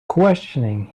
questioning